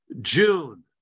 June